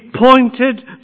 pointed